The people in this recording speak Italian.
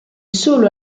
solo